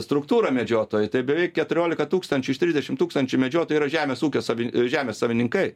struktūrą medžiotojų tai beveik keturiolika tūkstančių iš trisdešim tūkstančių medžiotojų yra žemės ūkio savi žemės savininkai